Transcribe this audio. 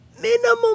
minimum